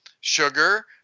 sugar